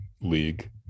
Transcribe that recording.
league